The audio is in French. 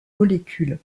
molécule